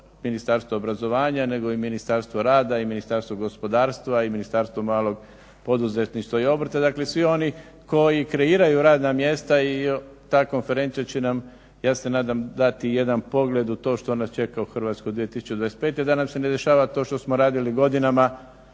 Ministarstvo obrazovanja nego i Ministarstvo rada i Ministarstvo gospodarstva i Ministarstvo malog poduzetništva i obrta. Dakle, svi oni koji kreiraju radna mjesta i ta konferencija će nam ja se nadam dati i jedan pogled u to što nas čeka u Hrvatskoj 2025. da nam se ne dešava to što smo radili godinama